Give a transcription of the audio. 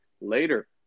later